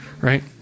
right